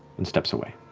and steps away.